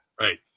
Right